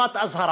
נורת אזהרה: